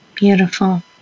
Beautiful